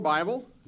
Bible